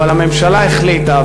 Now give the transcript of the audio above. אבל הממשלה החליטה,